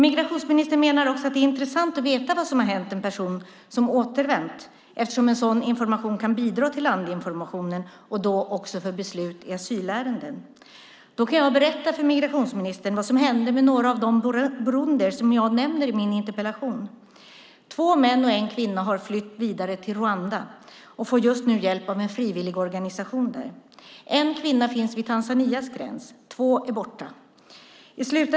Migrationsministern menar också att det är intressant att veta vad som har hänt en person som återvänt, eftersom sådan information kan bidra till landinformationen och också för beslut i asylärenden. Jag kan berätta för migrationsministern vad som hände med några av de burundier som jag nämner i min interpellation. Två män och en kvinna har flytt vidare till Rwanda och får just nu hjälp av en frivilligorganisation där. En kvinna finns vid Tanzanias gräns. Två är borta.